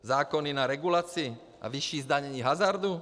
Zákony na regulaci a vyšší zdanění hazardu.